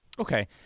Okay